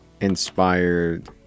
inspired